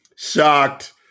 shocked